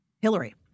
Hillary